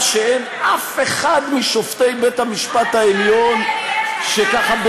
שאין אף אחד משופטי בית-המשפט העליון שככה,